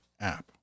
app